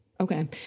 Okay